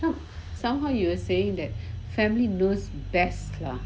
somehow you were saying that family knows best lah